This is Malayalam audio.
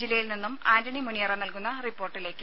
ജില്ലയിൽ നിന്നും ആന്റണി മുനിയറ നൽകുന്ന റിപ്പോർട്ടിലേക്ക്